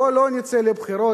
בואו לא נצא לבחירות.